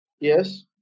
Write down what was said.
yes